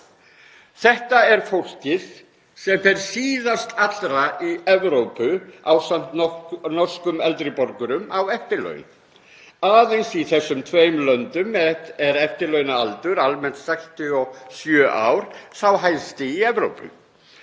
Þetta er fólkið sem fer síðast allra í Evrópu, ásamt norskum eldri borgurum, á eftirlaun. Aðeins í þessum tveimur löndum er eftirlaunaaldur almennt 67 ár, sá hæsti í Evrópu.